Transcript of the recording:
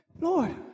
Lord